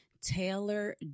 Taylor